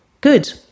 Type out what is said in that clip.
Good